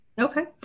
Okay